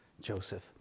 Joseph